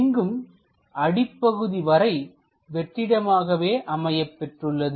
இங்கும் அடிப்பகுதி வரை வெற்றிடமாகவே அமையப்பெற்றுள்ளது